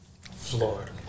Florida